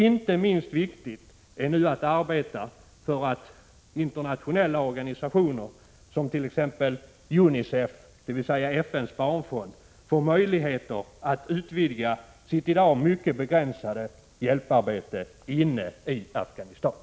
Inte minst viktigt är nu att arbeta för att internationella organisationer som t.ex. UNICEF — FN:s barnfond — får möjligheter att utvidga sitt i dag begränsade hjälparbete inne i Afghanistan.